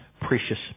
precious